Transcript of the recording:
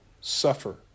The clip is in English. suffer